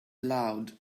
loud